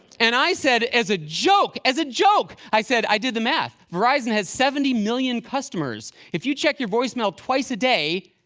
and i said as a joke as a joke, i said, i did the math. verizon has seventy million customers. if you check your voicemail twice a day,